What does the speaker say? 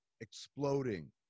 exploding